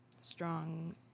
strong